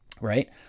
right